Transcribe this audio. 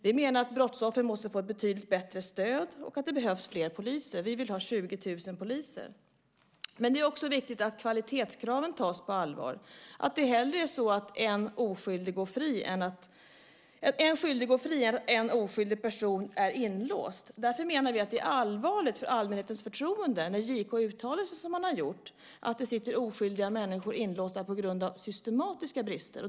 Vi menar att brottsoffer måste få ett betydligt bättre stöd och att det behövs fler poliser - vi vill ha 20 000 poliser. Det är också viktigt att kvalitetskraven tas på allvar, så att en skyldig hellre går fri än att en oskyldig person är inlåst. Därför menar vi att det är allvarligt för allmänhetens förtroende när JK uttalar sig som han har gjort, att det sitter oskyldiga människor inlåsta på grund av systematiska brister.